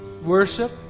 Worship